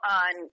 on